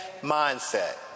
mindset